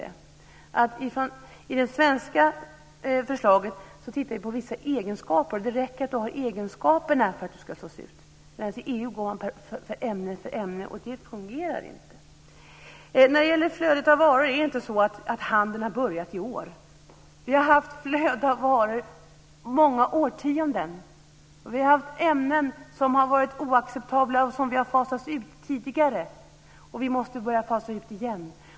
I det svenska förslaget tittar vi på vissa egenskaper. Det räcker att ett ämne har egenskaperna för att det ska slås ut. Men i EU går man ämne för ämne, och det fungerar inte. Det är inte så att handeln och flödet av varor har börjat i år. Vi har haft ett flöde av varor i många årtionden. Det har tidigare funnits ämnen som har varit oacceptabla som vi har fasat ut. Vi måste börja fasa ut igen.